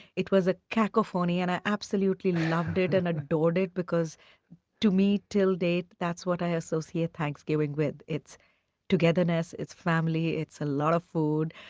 it was ah cacophony and i absolutely loved it and adored it, because to me, to date, that's what i associate thanksgiving with it's togetherness, it's family, it's a lot of food,